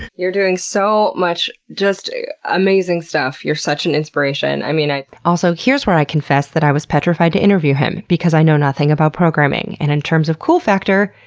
you're doing so much amazing stuff. you're such an inspiration. i mean, i, also, here's where i confessed that i was petrified to interview him because i know nothing about programming, and in terms of cool factor,